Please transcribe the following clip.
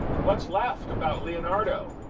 what's left about leonardo?